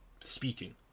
speaking